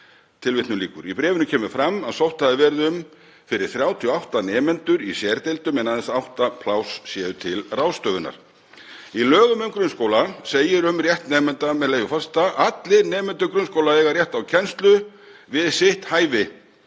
nemendur.“ Í bréfinu kemur fram að sótt hafi verið um fyrir 38 nemendur í sérdeildum en aðeins átta pláss séu til ráðstöfunar. Í lögum um grunnskóla segir um rétt nemenda, með leyfi forseta: „Allir nemendur grunnskóla eiga rétt á kennslu við sitt hæfi